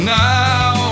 now